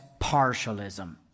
partialism